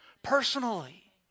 Personally